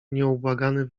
nieubłagany